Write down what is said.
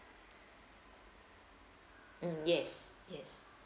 um yes yes